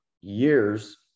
years